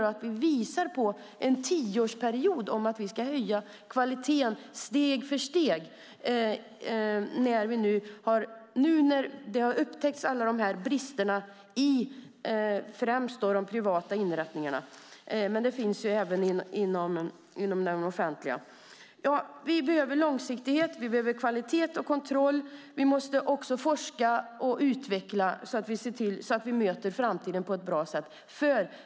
Vi måste visa att vi inom en tioårsperiod ska höja kvaliteten steg för steg, när nu alla dessa brister har upptäckts främst i de privata inrättningarna, men även inom de offentliga. Ja, vi behöver långsiktighet, kvalitet och kontroll. Vi måste också forska och utveckla så att vi möter framtiden på ett bra sätt.